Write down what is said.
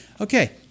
Okay